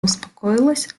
успокоилась